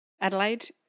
Adelaide